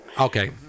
okay